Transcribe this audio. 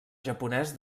japonès